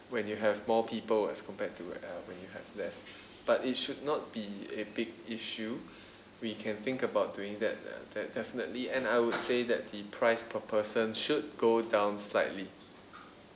when you have more people as compared to uh when you have less but it should not be a big issue we can think about doing that uh de~ definitely and I would say that the price per person should go down slightly